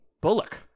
Bullock